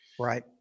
right